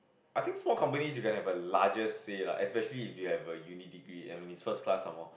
I think small company you can have a larger say lah especially if you have a Uni degree and if it's first class some more